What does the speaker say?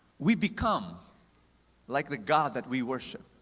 we become like the god that we worship.